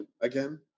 again